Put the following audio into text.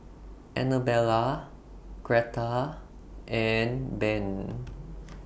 Anabella Gretta and Ben